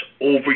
over